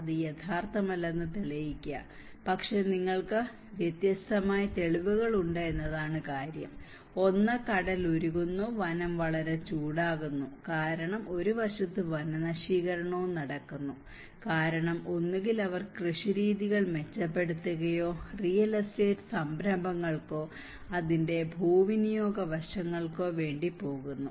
അത് യാഥാർത്ഥ്യമല്ലെന്ന് തെളിയിക്കുക പക്ഷേ നിങ്ങൾക്ക് വ്യത്യസ്തമായ തെളിവുകൾ ഉണ്ട് എന്നതാണ് കാര്യം ഒന്ന് കടൽ ഉരുകുന്നു വനം വളരെ ചൂടാകുന്നു കാരണം ഒരു വശത്ത് വനനശീകരണവും നടക്കുന്നു കാരണം ഒന്നുകിൽ അവർ കൃഷിരീതികൾ മെച്ചപ്പെടുത്തുകയോ റിയൽ എസ്റ്റേറ്റ് സംരംഭങ്ങൾക്കോ അതിന്റെ ഭൂവിനിയോഗ വശങ്ങൾക്കോ വേണ്ടി പോകുന്നു